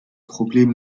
problem